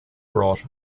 brought